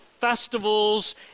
festivals